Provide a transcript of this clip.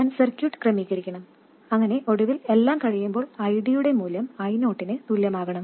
ഞാൻ സർക്യൂട്ട് ക്രമീകരിക്കണം അങ്ങനെ ഒടുവിൽ എല്ലാം കഴിയുമ്പോൾ IDയുടെ മൂല്യം I0 നു തുല്യമാകണം